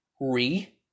re